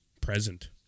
present